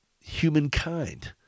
humankind